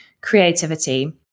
creativity